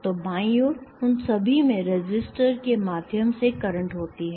तो बाईं ओर उन सभी में रेसिस्टर के माध्यम से करंट होती हैं